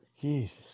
Jesus